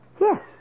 Yes